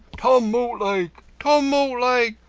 tom mortlake! tom mortlake!